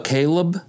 Caleb